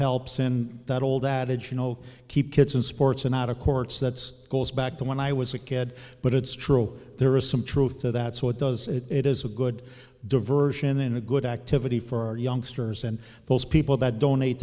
helps in that old adage you know keep kids in sports and out of courts that's goes back to when i was a kid but it's true there is some truth to that so it does it it is a good diversion and a good activity for our youngsters and those people that donate